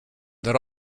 that